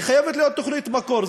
חייבת להיות תוכנית מקור,